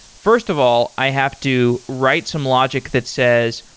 first of all, i have to write some logic that says,